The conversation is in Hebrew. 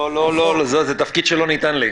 לא לא, זה תפקיד שלא ניתן לי.